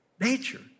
nature